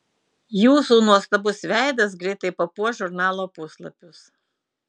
jūsų nuostabus veidas greitai papuoš žurnalo puslapius